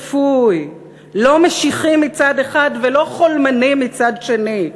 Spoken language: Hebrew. שפוי, לא משיחי מצד אחד ולא חולמני מצד שני,